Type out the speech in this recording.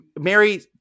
Mary